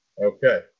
Okay